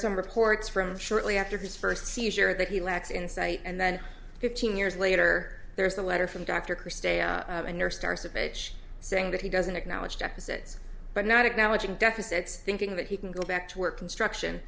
some reports from shortly after his first seizure that he lacks insight and then fifteen years later there's a letter from dr chris teo a nurse starts of age saying that he doesn't acknowledge deficits but not acknowledging deficits thinking that he can go back to work construction